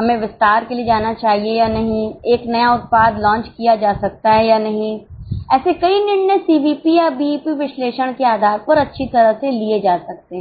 हमें विस्तार के लिए जाना चाहिए या नहीं एक नया उत्पाद लॉन्च किया जा सकता है या नहीं ऐसे कई निर्णय सीवीपी या बीईपी विश्लेषण के आधार पर अच्छी तरह से लिए जा सकते हैं